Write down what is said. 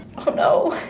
oh no.